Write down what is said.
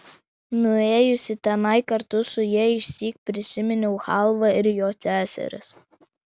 nuėjusi tenai kartu su ja išsyk prisiminiau chalvą ir jos seseris